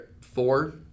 four